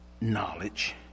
knowledge